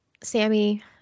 Sammy